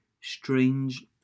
strange